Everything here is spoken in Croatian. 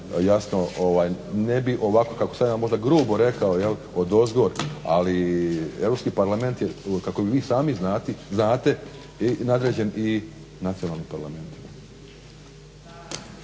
jasno ne bi ovako kako sam ja možda grubo rekao odozgor, ali Europski parlament je kako vi sami znate, nadređen i nacionalnim parlamentima.